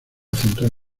central